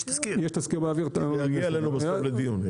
זה יגיע אלינו לדיון.